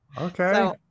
Okay